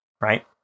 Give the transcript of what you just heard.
Right